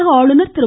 தமிழக ஆளுநர் திரு